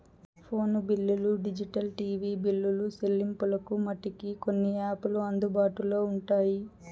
phone బిల్లులు digital TV బిల్లులు సెల్లింపులకు మటికి కొన్ని యాపులు అందుబాటులో ఉంటాయి